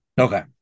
Okay